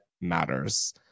matters